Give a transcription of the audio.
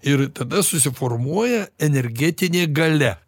ir tada susiformuoja energetinė galia